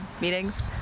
meetings